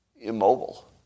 immobile